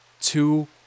two